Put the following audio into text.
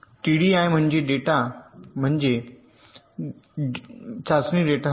TDI चाचणी data म्हणजे चाचणी डेटा होय